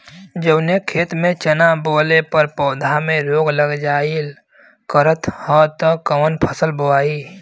जवने खेत में चना बोअले पर पौधा में रोग लग जाईल करत ह त कवन फसल बोआई?